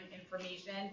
information